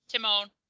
Timon